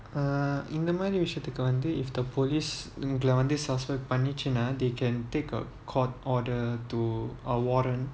இந்த மாதிரி விஷயத்துக்கு வந்து:intha maathiri visayathuku vanthu if the police இவங்கள வந்து:ivangala vanthu suspect பண்ணுச்சுனா:pannuchunaa they can take a court order to a warrant